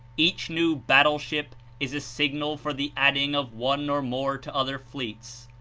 each new battleship is a signal for the adding of one or more to other fleets.